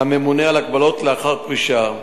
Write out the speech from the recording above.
לממונה על הגבלות לאחר פרישה.